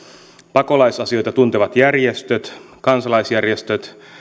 pakolaisasioita tuntevat järjestöt kansalaisjärjestöt